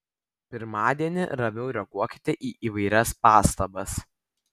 pirmadienį ramiau reaguokite į įvairias pastabas